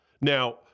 Now